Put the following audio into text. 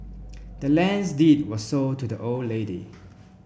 the land's deed was sold to the old lady